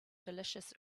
delicious